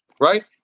right